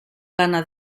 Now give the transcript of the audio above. lana